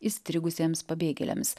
įstrigusiems pabėgėliams